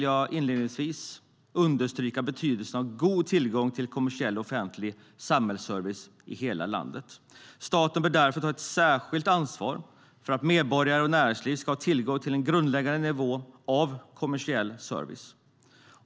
Jag vill understryka betydelsen av god tillgång till kommersiell och offentlig samhällsservice i hela landet. Staten bör därför ta ett särskilt ansvar för att medborgare och näringsliv ska ha tillgång till en grundläggande nivå av kommersiell service.